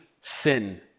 sin